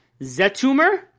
Zetumer